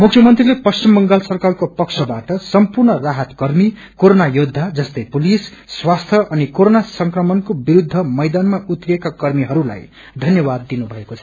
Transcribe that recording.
मुख्यमंत्रीले पश्चिम बंगाल सरकारको पक्षबाट सम्पूर्ण राहत कर्मी कोरोना योद्धा जस्तै पुलिस स्वास्थि अनि कोरोना संक्रमणको विरूद्ध मैदानमा उत्रिएका कर्मीहरूलाई धन्यवाद दिनुभएको छ